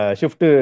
shift